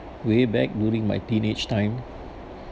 way back during my teenage time